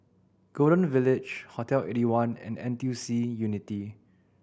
Golden Village Hotel Eighty one and N T U C Unity